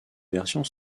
version